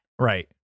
Right